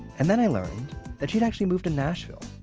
and then i learned that she'd actually moved to nashville,